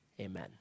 Amen